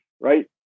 right